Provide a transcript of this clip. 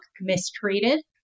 Mistreated